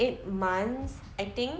eight months I think